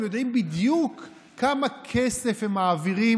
הם יודעים בדיוק כמה כסף הם מעבירים